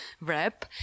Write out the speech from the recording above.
wrap